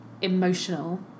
emotional